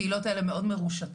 הקהילות האלה מאוד מרושתות.